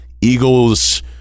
Eagles